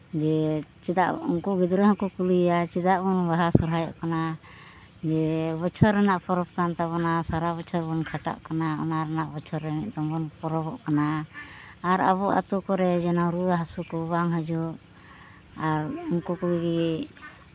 ᱡᱮ ᱪᱮᱫᱟᱜ ᱩᱱᱠᱩ ᱜᱤᱫᱽᱨᱟᱹ ᱦᱚᱸᱠᱚ ᱠᱩᱞᱤᱭᱟ ᱪᱮᱫᱟᱜ ᱵᱚᱱ ᱵᱟᱦᱟ ᱥᱚᱨᱦᱟᱭᱚᱜ ᱠᱟᱱᱟ ᱡᱮ ᱵᱚᱪᱷᱚᱨ ᱨᱮᱱᱟᱜ ᱯᱚᱨᱚᱵ ᱠᱟᱱ ᱛᱟᱵᱚᱱᱟ ᱥᱟᱨᱟ ᱵᱚᱪᱷᱚᱨ ᱵᱚᱱ ᱠᱷᱟᱴᱟᱜ ᱠᱟᱱᱟ ᱚᱱᱟ ᱨᱮᱭᱟᱜ ᱚᱱᱟ ᱵᱚᱪᱷᱚᱨ ᱨᱮ ᱢᱤᱫ ᱫᱚᱢ ᱵᱚᱱ ᱯᱚᱨᱚᱵᱚᱜ ᱠᱟᱱᱟ ᱟᱨ ᱟᱵᱚ ᱟᱛᱳ ᱠᱚᱨᱮ ᱡᱮᱱᱚ ᱨᱩᱣᱟᱹ ᱦᱟᱹᱥᱩ ᱠᱚ ᱵᱟᱝ ᱦᱟᱹᱡᱩᱜ ᱟᱨ ᱩᱱᱠᱩ ᱠᱚ ᱞᱟᱹᱜᱤᱫ